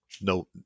no